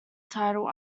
title